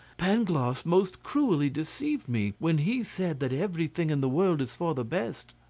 pangloss most cruelly deceived me when he said that everything in the world is for the best.